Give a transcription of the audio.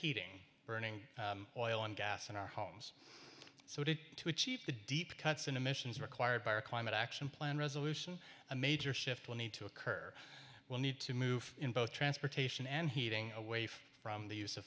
heating burning oil and gas in our homes so did to achieve the deep cuts in emissions required by our climate action plan resolution a major shift will need to occur will need to move in both transportation and heating away from the use of